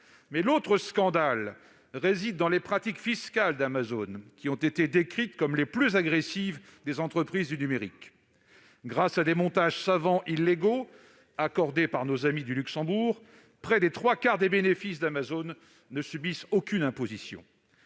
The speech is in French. Mais l'autre scandale réside dans les pratiques fiscales d'Amazon, qui ont été décrites comme les plus agressives des entreprises du numérique. Grâce à des montages savants illégaux, accordés par nos amis du Luxembourg, près des trois quarts des bénéfices d'Amazon ne subissent aucune imposition.